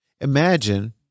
Imagine